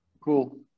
Cool